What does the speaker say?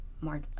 more